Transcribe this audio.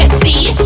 see